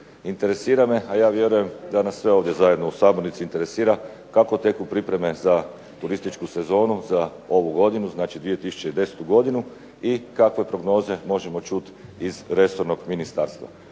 Interesira me, a ja vjerujem da nas sve ovdje zajedno u sabornici interesira kako teku pripreme za turističku sezonu za ovu godinu, znači 2010. godinu i kakve prognoze možemo čuti iz resornog ministarstva.